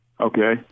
Okay